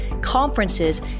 conferences